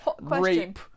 rape